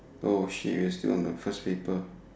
oh shit we're still on the first paper